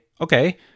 okay